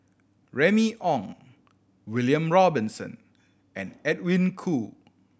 Remy Ong William Robinson and Edwin Koo